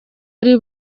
ari